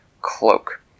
cloak